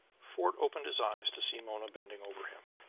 fort opened his eyes to see mona bending over him,